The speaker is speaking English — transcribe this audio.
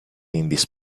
indies